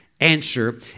answer